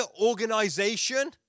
organization